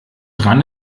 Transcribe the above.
dran